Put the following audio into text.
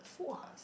plus